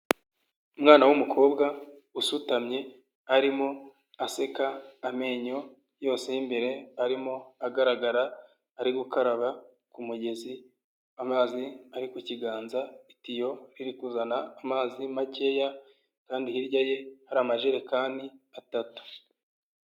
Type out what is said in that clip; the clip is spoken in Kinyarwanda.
Umwana w'umukobwa usutamye arimo aseka amenyo yose y'imbere arimo agaragara, ari gukaraba ku mugezi, amazi ari ku kiganza, itiyo riri kuzana amazi makeya kandi hirya ye hari amajerekani atatu.